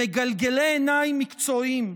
מגלגלי עיניים מקצועיים,